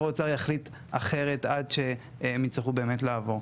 האוצר יחליט אחרת עד שהם יצטרכו באמת לעבור.